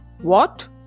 What